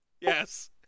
Yes